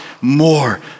more